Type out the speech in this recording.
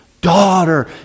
Daughter